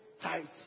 Tight